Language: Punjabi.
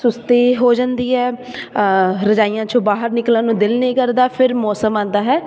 ਸੁਸਤੀ ਹੋ ਜਾਂਦੀ ਹੈ ਰਜਾਈਆਂ ਚੋਂ ਬਾਹਰ ਨਿਕਲਣ ਨੂੰ ਦਿਲ ਨਹੀਂ ਕਰਦਾ ਫਿਰ ਮੌਸਮ ਆਉਂਦਾ ਹੈ